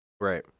Right